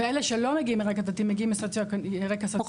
ואלה שלא מגיעים מרקע דתי מגיעים מרקע סוציו-אקונומי --- אוכלוסיות,